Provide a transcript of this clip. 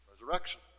Resurrection